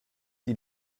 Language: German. die